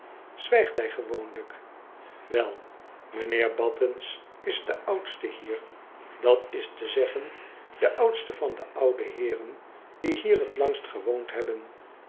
hij gewoonlyk wel m'nheer battens is de oudste hier dat is te zeggen de oudste van de ouwe heeren die hier t langst gewoond hebben